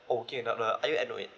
oh working adult are you enrolled in